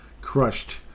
crushed